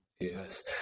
Yes